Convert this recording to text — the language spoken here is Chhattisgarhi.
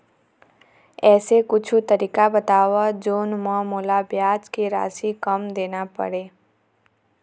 ऐसे कुछू तरीका बताव जोन म मोला ब्याज के राशि कम देना पड़े?